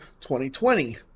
2020